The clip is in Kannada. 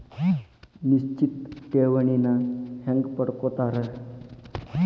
ನಿಶ್ಚಿತ್ ಠೇವಣಿನ ಹೆಂಗ ಪಡ್ಕೋತಾರ